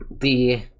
the-